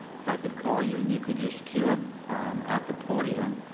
if i could call you and you could just cue up at the podium.